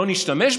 לא נשתמש בה?